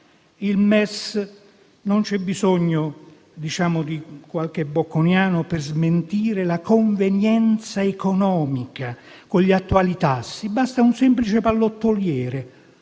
Sul MES non c'è bisogno di qualche bocconiano per smentirne la convenienza economica con gli attuali tassi; basta un semplice pallottoliere,